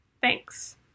Thanks